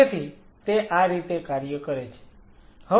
તેથી તે આ રીતે કાર્ય કરે છે